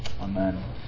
amen